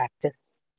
practice